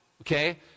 okay